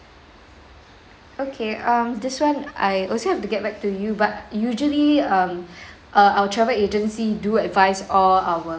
okay um this [one] I also have to get back to you but usually um uh our travel agency do advise all our